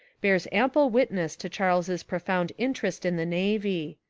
bears ample wit ness to charles's profound interest in the navy.